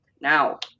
now